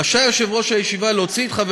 רשאי יושב-ראש הישיבה להוציא את חבר